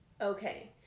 Okay